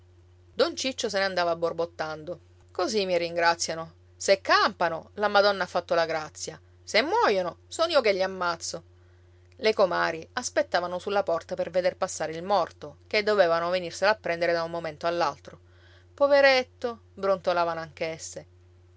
don ciccio se ne andava borbottando così mi ringraziano se campano la madonna ha fatto la grazia se muoiono son io che li ammazzo le comari aspettavano sulla porta per veder passare il morto che dovevano venirselo a prendere da un momento all'altro poveretto brontolavano